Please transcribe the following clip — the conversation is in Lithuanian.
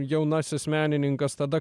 jaunasis menininkas tada